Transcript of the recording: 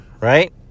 Right